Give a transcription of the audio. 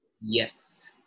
Yes